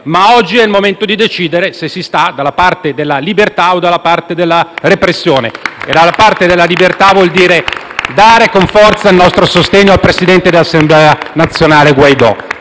ma oggi è il momento di decidere se si sta dalla parte della libertà o dalla parte della repressione.*(Applausi dal Gruppo PD)*. E stare dalla parte della libertà vuol dire dare con forza il nostro sostegno al presidente dell'Assemblea nazionale Guaidó.